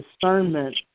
discernment